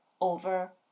over